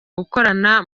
gukorana